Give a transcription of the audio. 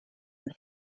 the